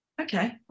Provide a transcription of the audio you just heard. Okay